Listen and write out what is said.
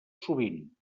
sovint